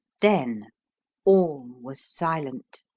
then all was silent.